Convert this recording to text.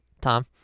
Tom